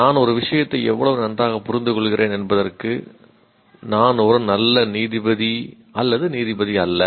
நான் ஒரு விஷயத்தை எவ்வளவு நன்றாக புரிந்துகொள்கிறேன் என்பதற்கு நான் ஒரு நல்ல நீதிபதி அல்லது நல்ல நீதிபதி அல்ல